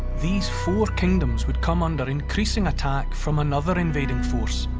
these four kingdoms would come under increasing attack from another invading force.